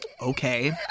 Okay